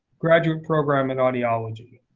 graduate program in audiology.